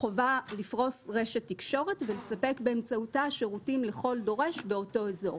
חובה לפרוס רשת תקשורת ולספק באמצעותה שירותים לכל דורש באותו אזור.